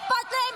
-- לא אכפת להם